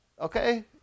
okay